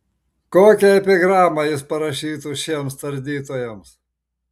kokią epigramą jis parašytų šiems tardytojams